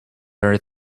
her